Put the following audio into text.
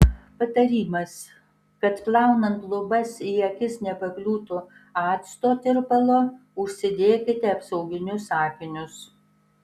patarimas kad plaunant lubas į akis nepakliūtų acto tirpalo užsidėkite apsauginius akinius